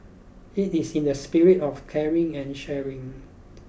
it is in the spirit of caring and sharing